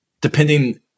depending